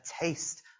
taste